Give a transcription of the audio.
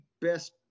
best